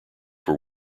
were